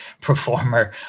performer